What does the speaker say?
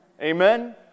Amen